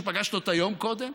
שפגשת אותה יום קודם?